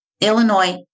Illinois